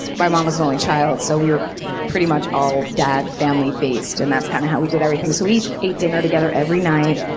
my mom was an only child so we were pretty much all dad-family based, and that's kind of how we did everything. so we ate dinner together every night